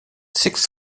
six